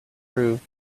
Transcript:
proved